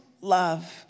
love